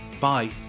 bye